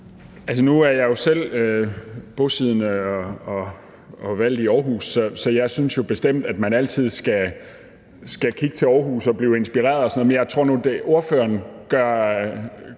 Nu er jeg jo selv bosiddende og valgt i Aarhus, så jeg synes jo bestemt, at man altid skal kigge til Aarhus og blive inspireret. Men jeg tror nu, ordføreren gør